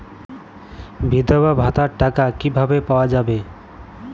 বিধবা ভাতার টাকা কিভাবে পাওয়া যাবে?